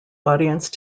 audience